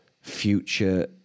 future